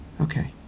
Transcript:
Okay